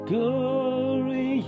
Glory